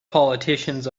politicians